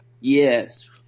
Yes